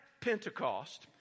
Pentecost